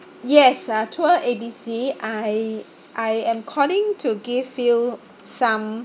yes uh tour A B C I I am calling to give you some